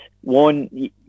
one